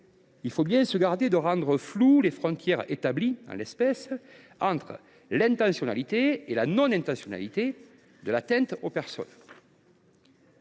il faut bien se garder de rendre floues les frontières établies, en l’espèce, entre l’intentionnalité et la non intentionnalité de l’atteinte aux personnes.